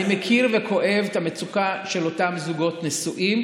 אני מכיר וכואב את המצוקה של אותם זוגות נשואים,